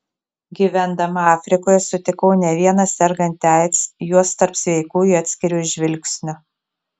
gyvendama afrikoje sutikau ne vieną sergantį aids juos tarp sveikųjų atskiriu iš žvilgsnio